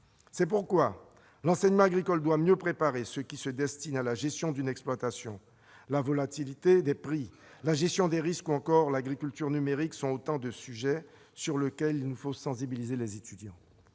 C'est pourquoi l'enseignement agricole doit mieux préparer ceux qui se destinent à la gestion d'une exploitation. La volatilité des prix, la gestion des risques, ou encore l'agriculture numérique sont autant de sujets auxquels nous devons sensibiliser les étudiants.